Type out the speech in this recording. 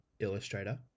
illustrator